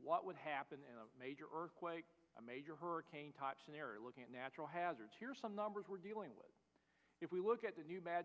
what would happen in a major earthquake a major hurricane type scenario looking at natural hazards here some numbers we're dealing with if we look at the new b